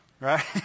right